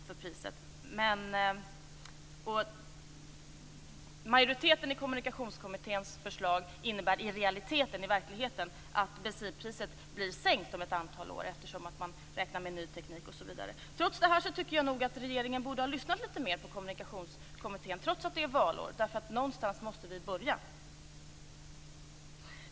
Förslaget från majoriteten i Kommunikationskommittén innebär i realiteten att bensinpriset sänks om ett antal år, eftersom man räknar med ny teknik, osv. Jag tycker nog ändå att regeringen borde ha lyssnat litet mer på Kommunikationskommittén, trots att det är valår, för någonstans måste vi börja.